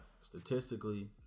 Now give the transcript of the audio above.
statistically